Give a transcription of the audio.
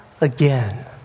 again